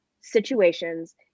situations